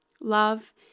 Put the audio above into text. love